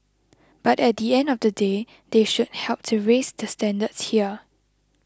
but at the end of the day they should help to raise the standards here